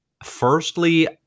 Firstly